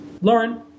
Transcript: Lauren